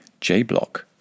Jblock